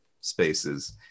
spaces